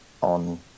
on